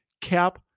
cap